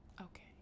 Okay